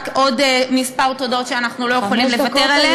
רק עוד כמה תודות שאנחנו לא יכולים לוותר עליהן.